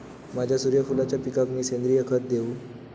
माझ्या सूर्यफुलाच्या पिकाक मी सेंद्रिय खत देवू?